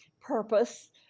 purpose